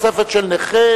מותנית?